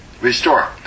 restore